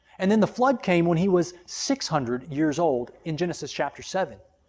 and then the flood came when he was six hundred years old in genesis chapter seven.